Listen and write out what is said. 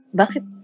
bakit